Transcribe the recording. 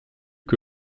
que